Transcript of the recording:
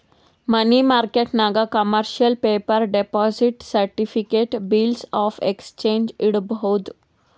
ಮನಿ ಮಾರ್ಕೆಟ್ನಾಗ್ commercial paper, deposit certificate, bills of exchange ಇಡ್ಬೋದ್